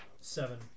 seven